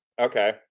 Okay